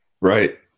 Right